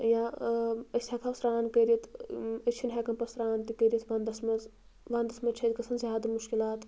یا أسۍ ہٮ۪کہو سرٛان کٔرِتھ أسۍ چھِنہٕ ہٮ۪کان پَتہٕ سرٛان تہِ کٔرِتھ ونٛدَس منٛز ونٛدَس منٛز چھُ اَسہِ گژھان زیادٕ مُشکِلات